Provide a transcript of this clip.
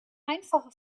einfache